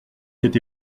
cet